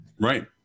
right